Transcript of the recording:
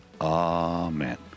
Amen